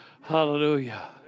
Hallelujah